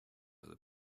other